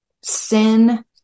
sin